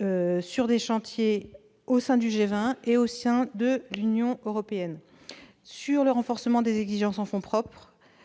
au sein tant du G20 que de l'Union européenne, sur le renforcement des exigences en fonds propres